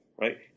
right